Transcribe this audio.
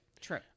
True